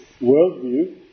worldview